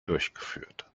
durchgeführt